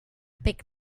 pick